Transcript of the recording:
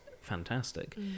fantastic